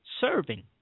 serving